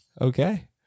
Okay